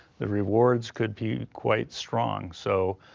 the rewards could be quite strong. so,